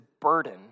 burden